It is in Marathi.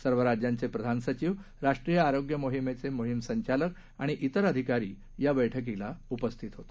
सर्व राज्यांचे प्रधान सचिव राष्ट्रीय आरोग्य मोहिमेचे मोहीम संचालक आणि इतर अधिकारी या बैठकीला उपस्थित होते